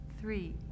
three